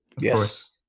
Yes